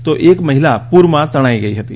તો એક મહિલા પુરમાં તણાઇ ગઇ હતી